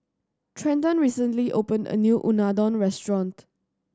Trenton recently opened a new Unadon restaurant